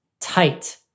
tight